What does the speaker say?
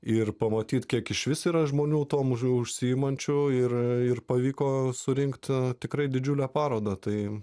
ir pamatyt kiek išvis yra žmonių tuom užsiimančių ir pavyko surink tikrai didžiulę parodą tai